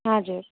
हजुर